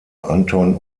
anton